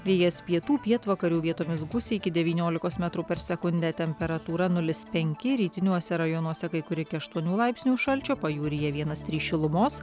vėjas pietų pietvakarių vietomis gūsiai iki devyniolikos metrų per sekundę temperatūra nulis penki rytiniuose rajonuose kai kur iki aštuonių laipsnių šalčio pajūryje vienas trys šilumos